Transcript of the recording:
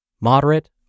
moderate